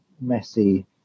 messy